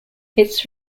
its